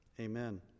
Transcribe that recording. Amen